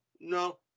no